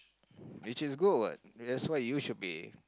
which is good what that's why you should be